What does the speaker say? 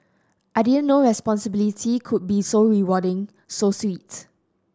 I didn't know responsibility could be so rewarding so sweet